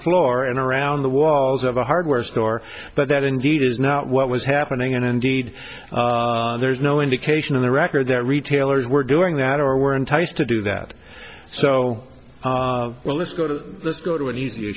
floor and around the walls of a hardware store but that indeed is not what was happening and indeed there's no indication in the record that retailers were doing that or were enticed to do that so well let's go to this go to an eas